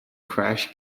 crash